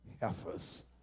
heifers